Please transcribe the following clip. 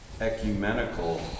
ecumenical